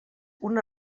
una